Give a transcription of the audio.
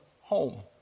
home